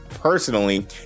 personally